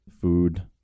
food